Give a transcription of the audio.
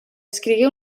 escrigué